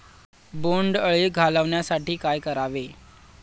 बोंडअळी घालवण्यासाठी काय करावे?